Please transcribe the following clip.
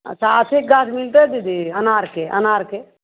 अच्छा अथीके गाछ मिलतै दीदी अनारके अनारके